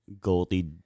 Goldie